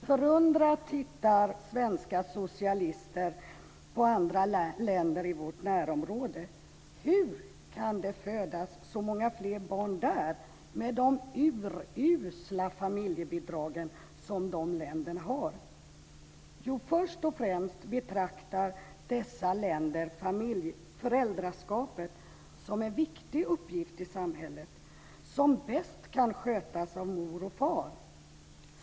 Förundrat tittar svenska socialister på andra länder i vårt närområde. Hur kan det födas så många fler barn där med de urusla familjebidrag som de länderna har? Jo, först och främst betraktar dessa länder föräldraskapet som en viktig uppgift i samhället som bäst kan skötas av mor och far.